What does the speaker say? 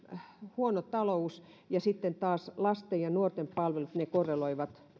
huono talous ja sitten taas lasten ja nuorten palvelut korreloivat